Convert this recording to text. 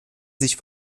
sich